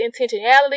intentionality